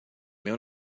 meu